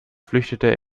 flüchtete